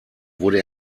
wurde